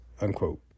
unquote